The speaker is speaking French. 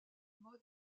mode